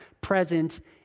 present